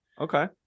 Okay